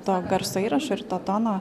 to garso įrašo ir to tono